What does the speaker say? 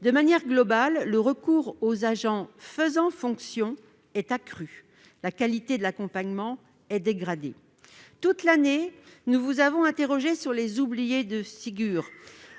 De manière générale, le recours aux agents « faisant fonction » s'est accru et la qualité de l'accompagnement s'est dégradée. Toute l'année, nous vous avons interrogés sur les « oubliés du Ségur